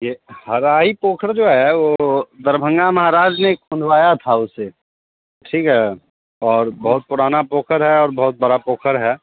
ये हराही पोखर जो है वो दरभंगा महाराज ने खुंदवाया था उसे ठीक है और बहुत पुराना पोखर है और बहुत बड़ा पोखर है